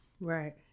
right